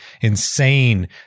insane